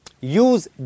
use